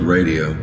Radio